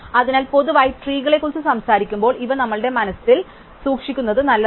അതിനാൽ പൊതുവായി tree കളെക്കുറിച്ച് സംസാരിക്കുമ്പോൾ ഇവ നമ്മുടെ മനസ്സിൽ സൂക്ഷിക്കുന്നത് നല്ലതാണ്